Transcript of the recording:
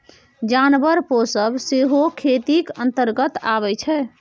जानबर पोसब सेहो खेतीक अंतर्गते अबै छै